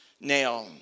Now